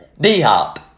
D-Hop